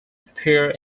appear